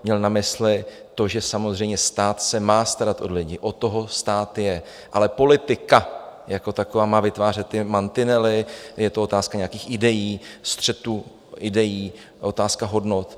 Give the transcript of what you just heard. Měl na mysli to, že samozřejmě stát se má starat o lidi, od toho stát je, ale politika jako taková má vytvářet mantinely, je to otázka nějakých idejí, střetu idejí, otázka hodnot.